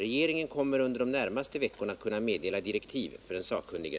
Regeringen kommer under de närmaste veckorna att kunna meddela direktiv för den sakkunnige.